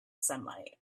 sunlight